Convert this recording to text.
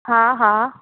हा हा